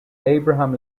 abraham